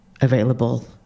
available